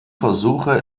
versuche